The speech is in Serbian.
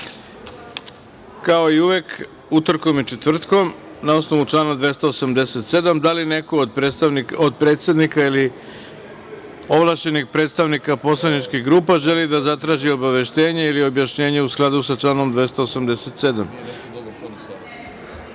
i uvek, utorkom i četvrtkom, na osnovu člana 287. Poslovnika, da li neko od predsednika ili ovlašćenih predstavnika poslaničkih grupa želi da zatraži obaveštenje ili objašnjenje, u skladu sa članom